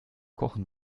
kochen